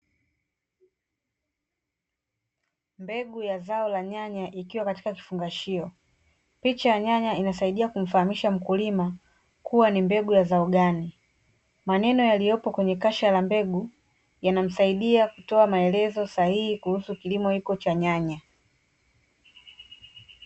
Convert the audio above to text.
Mbegu ya zao la nyanya ikiwa katika kifungashio, picha ya nyanya inasaidia kumfahamisha mkulima kuwa ni mbegu ya zao gani. Maneno yaliyopo kwenye kasha la mbegu yanamsaidia kutoa maelezo sahihi kuhusu kilimo hiko cha nyanya.